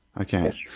Okay